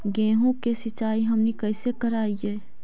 गेहूं के सिंचाई हमनि कैसे कारियय?